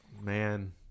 man